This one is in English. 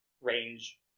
range